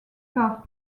pas